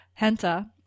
Henta